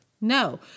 No